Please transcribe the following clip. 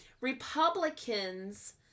Republicans